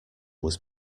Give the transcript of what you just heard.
was